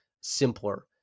simpler